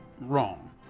wrong